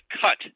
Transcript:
cut